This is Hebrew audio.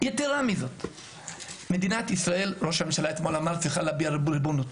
יתרה מזאת, מדינת ישראל צריכה להביע ריבונות.